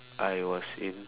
I was in